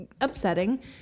upsetting